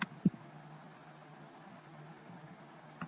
Thanks for the kind attention